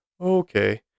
okay